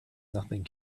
nothing